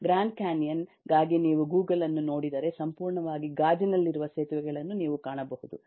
grand Canyon ಗಾಗಿ ನೀವು Google ಅನ್ನು ನೋಡಿದರೆ ಸಂಪೂರ್ಣವಾಗಿ ಗಾಜಿನಲ್ಲಿರುವ ಸೇತುವೆಗಳನ್ನು ನೀವು ಕಾಣಬಹುದು